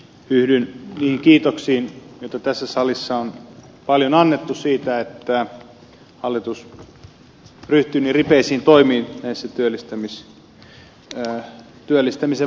yhdyn niihin kiitoksiin joita tässä salissa on paljon annettu siitä että hallitus ryhtyy niin ripeisiin toimiin työllistämisen vahvistamisessa